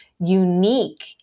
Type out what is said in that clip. unique